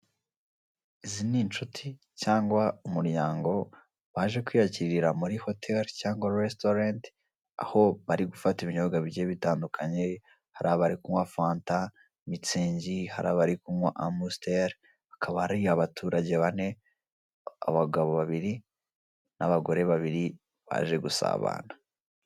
Izi ni inshuti cyangwa umuryango baje kwiyakirira muri hoteli cyangwa resitorenti, aho bari gufata ibinyobwa bigiye bitandukanye. Hari abari kunywa fanta, mitsingi, hari abari kunywa amusiteri hakaba ari abaturage bane; abagabo babiri n'abagore babiri baje gusabana.